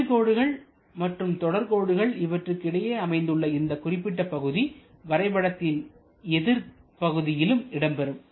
விடு கோடுகள் மற்றும் தொடர் கோடுகள் இவற்றுக்கு இடையே அமைந்துள்ள இந்த குறிப்பிட்ட பகுதி வரைபடத்தின் எதிர் பகுதிகளிலும் இடம்பெறும்